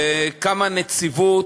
וקמה נציבות,